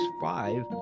five